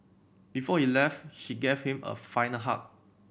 before he left she gave him a final hug